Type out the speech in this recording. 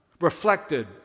reflected